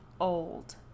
old